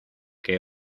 que